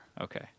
Okay